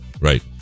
Right